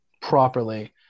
properly